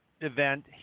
event